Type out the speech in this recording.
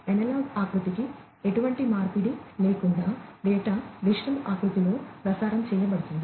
analogue ఆకృతికి ఎటువంటి మార్పిడి లేకుండా డేటా డిజిటల్ ఆకృతిలో ప్రసారం చేయబడుతుంది